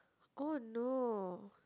oh no